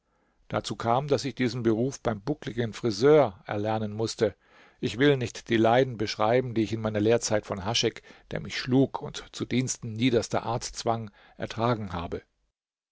dazu kam daß ich diesen beruf beim buckligen friseur erlernen mußte ich will nicht die leiden beschreiben die ich in meiner lehrzeit von haschek der mich schlug und zu diensten niederster art zwang ertragen habe